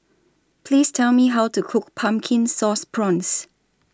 Please Tell Me How to Cook Pumpkin Sauce Prawns